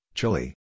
Chile